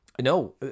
No